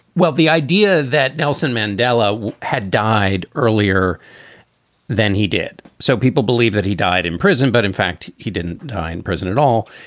well, the idea that nelson mandela had died earlier than he did. so people believe that he died in prison. but in fact, he didn't die in prison at all.